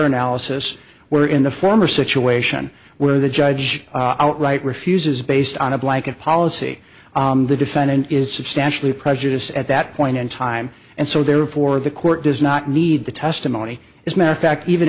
analysis where in the former situation where the judge outright refuses based on a blanket policy the defendant is substantially prejudiced at that point in time and so therefore the court does not need the testimony as math facts even